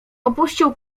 opuścił